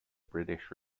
british